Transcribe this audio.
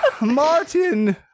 Martin